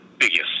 biggest